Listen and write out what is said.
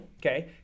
okay